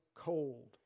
cold